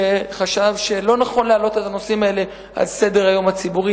שחשב שלא נכון להעלות את הנושאים האלה על סדר-היום הציבורי,